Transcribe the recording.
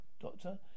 doctor